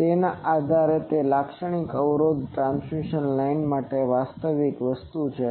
તેના આધારે તેથી લાક્ષણિક અવરોધ એ ટ્રાન્સમિશન લાઇન માટે એક વાસ્તવિક વસ્તુ છે